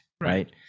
right